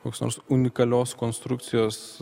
koks nors unikalios konstrukcijos